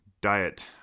diet